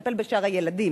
לטפל בשאר הילדים